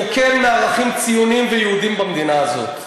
אבוי לנו אם נתרוקן מערכים ציוניים ויהודיים במדינה הזאת.